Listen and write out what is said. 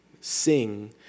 sing